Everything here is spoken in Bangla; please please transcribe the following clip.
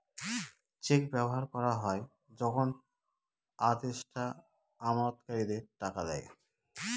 চেক ব্যবহার করা হয় যখন আদেষ্টা আমানতকারীদের টাকা দেয়